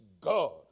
God